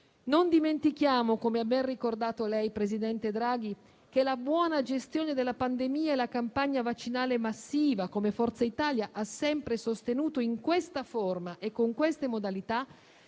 Non dimentichiamo, come ha ben ricordato lei, presidente Draghi, che la buona gestione della pandemia e la campagna vaccinale massiva, come Forza Italia ha sempre sostenuto, in questa forma e con queste modalità,